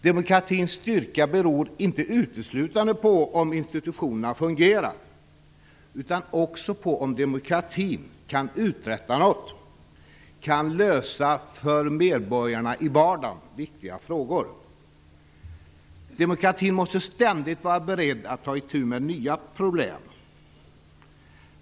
Demokratins styrka beror inte uteslutande på om institutionerna fungerar utan också på om demokratin kan uträtta något, kan lösa viktiga problem för medborgarna i vardagen. Demokratin måste ständigt vara beredd på att ta itu med nya problem.